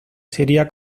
sería